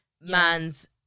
man's